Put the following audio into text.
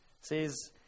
says